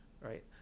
right